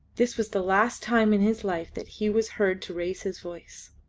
this was the last time in his life that he was heard to raise his voice.